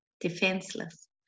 Defenseless